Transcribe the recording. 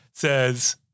Says